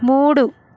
మూడు